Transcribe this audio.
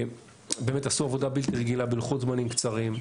באמת עשו עבודה בלתי רגילה בלוחות זמנים קצרים,